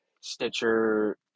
Stitcher